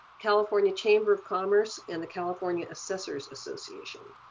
california chamber of commerce, and the california assessors association.